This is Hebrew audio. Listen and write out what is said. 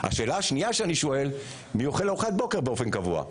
השאלה השנייה שאני שואל היא: מי אוכל ארוחת בוקר באופן קבוע?